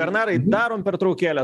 bernarai darom pertraukėlę